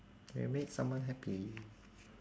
you made someone happy